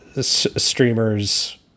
streamers